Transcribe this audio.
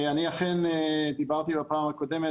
אני אכן דיברתי בפעם הקודמת,